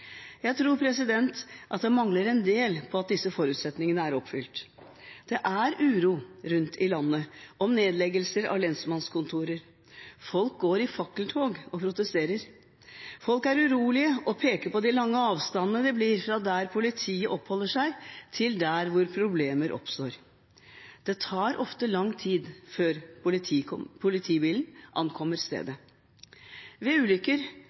Jeg tror at det mangler en del på at disse forutsetningene er oppfylt. Det er uro rundt i landet, om nedleggelser av lensmannskontorer. Folk går i fakkeltog og protesterer. Folk er urolige og peker på de lange avstandene det blir fra der politiet oppholder seg, til der hvor problemer oppstår. Det tar ofte lang tid før politibilen ankommer stedet. Ved ulykker